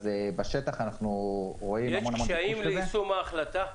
אז בשטח אנחנו רואים -- יש קשיים ביישום ההחלטה?